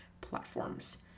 platforms